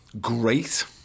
great